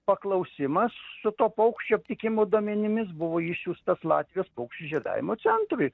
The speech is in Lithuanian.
paklausimas su to paukščio aptikimo duomenimis buvo išsiųstas latvijos paukščių žiedavimo centrui